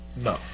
No